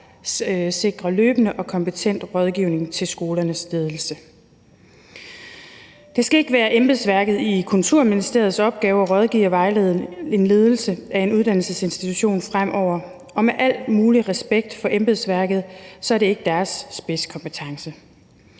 sikrer løbende og kompetent rådgivning til skolernes ledelse. Det skal ikke være embedsværket i Kulturministeriets opgave at rådgive og vejlede en ledelse af en uddannelsesinstitution fremover. Med al mulig respekt for embedsværket er det ikke deres spidskompetence.